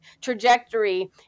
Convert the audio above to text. trajectory